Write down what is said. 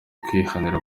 kwihanira